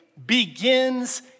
begins